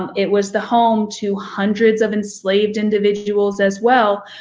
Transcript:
it was the home to hundreds of enslaved individuals, as well.